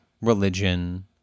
religion